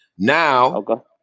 Now